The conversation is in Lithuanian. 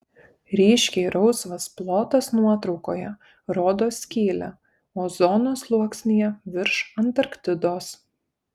ryškiai rausvas plotas nuotraukoje rodo skylę ozono sluoksnyje virš antarktidos